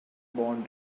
bond